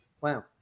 Wow